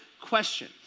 question